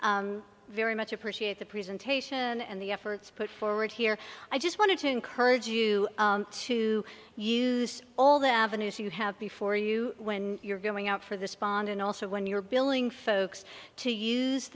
and very much appreciate the presentation and the efforts put forward here i just wanted to encourage you to use all the avenues you have before you when you're going out for the spawn and also when you're billing folks to use